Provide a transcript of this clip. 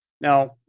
Now